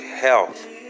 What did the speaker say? health